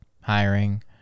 hiring